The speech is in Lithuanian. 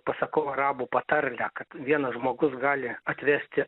pasakau arabų patarlę kad vienas žmogus gali atvesti